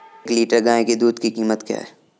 एक लीटर गाय के दूध की कीमत क्या है?